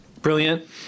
Brilliant